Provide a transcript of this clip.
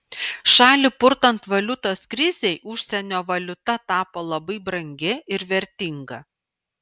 šalį purtant valiutos krizei užsienio valiuta tapo labai brangi ir vertinga